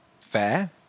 fair